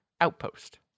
outpost